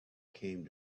came